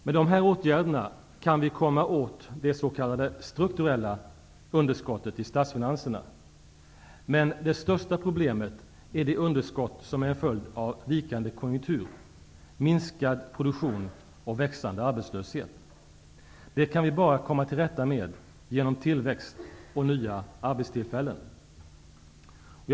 Med dessa åtgärder kan vi komma åt det s.k. strukturella underskottet i statsfinanserna. Men det största problemet är det underskott som är en följd av vikande konjunktur, minskad produktion och växande arbetslöshet. Det kan vi bara komma till rätta med genom tillväxt och nya arbetstillfällen.